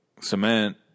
cement